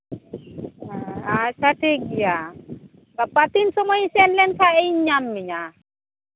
ᱟᱪᱪᱷᱟ ᱴᱷᱤᱠ ᱜᱮᱭᱟ ᱜᱟᱯᱟ ᱛᱤᱱ ᱥᱚᱢᱚᱭ ᱥᱮᱱ ᱞᱮᱱ ᱠᱷᱟᱡ ᱤᱧ ᱧᱟᱢ ᱢᱮᱭᱟ